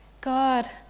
God